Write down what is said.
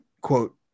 quote